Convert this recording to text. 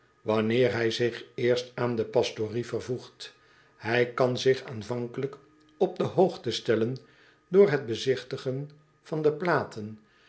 wanneer hij zich eerst aan de pastorie vervoegt hij kan zich aanvankelijk op de hoogte stellen door het bezigtigen van de platen